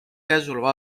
käesoleva